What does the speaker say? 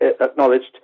acknowledged